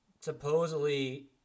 supposedly